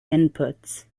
inputs